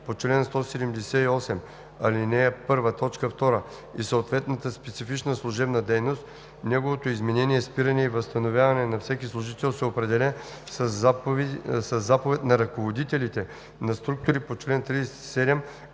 по чл. 178, ал. 1, т. 2 и съответната специфична служебна дейност, неговото изменение, спиране и възстановяване на всеки служител се определя със заповед на ръководителите на структури по чл. 37,